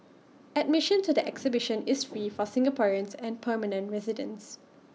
admission to the exhibition is free for Singaporeans and permanent residents